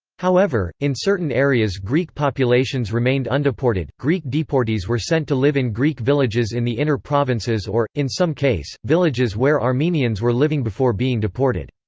however, in certain areas greek populations remained undeported greek deportees were sent to live in greek villages in the inner provinces or, in some case, villages where armenians were living before being deported.